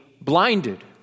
blinded